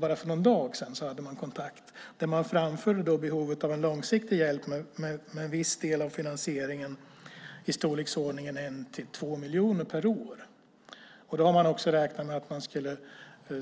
Bara för någon dag sedan hade man kontakt. Man har då framfört behovet av en långsiktig hjälp med en viss del av finansieringen, i storleksordningen 1-2 miljoner per år. Då har man också räknat med att man skulle